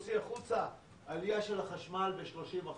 הוציא הודעה על עלייה של החשמל ב-30%.